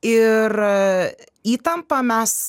ir įtampą mes